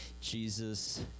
Jesus